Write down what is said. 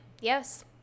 yes